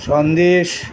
Sandesh